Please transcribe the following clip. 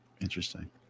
Interesting